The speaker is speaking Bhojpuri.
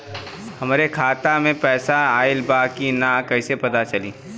हमरे खाता में पैसा ऑइल बा कि ना कैसे पता चली?